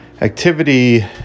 activity